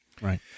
Right